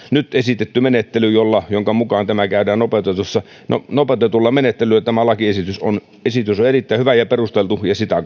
nyt esitetty menettely jonka mukaan käydään nopeutetulla menettelyllä tämä lakiesitys on erittäin hyvä ja perusteltu ja sitä